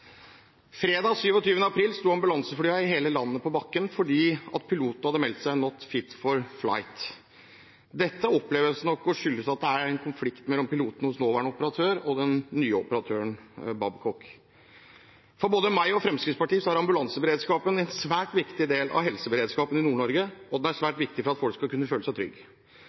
Fredag den 27. april sto ambulanseflyene i hele landet på bakken fordi pilotene hadde meldt seg «not fit for flight». Dette oppleves nok som, og skyldes at det er, en konflikt mellom pilotene hos nåværende operatør og den nye operatøren, Babcock. For både meg og Fremskrittspartiet er ambulanseberedskapen en svært viktig del av helseberedskapen i Nord-Norge, og den er svært viktig for at folk skal kunne føle seg